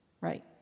Right